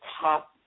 top